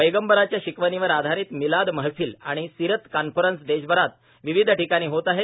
पैगंबरांच्या शिकवणीवर आधारित मिलाद महफील आणि सिरत कॉन्फरन्स देशभरात विविध ठिकाणी होत आहेत